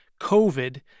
COVID